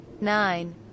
nine